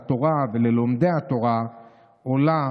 לתורה וללומדי התורה עולה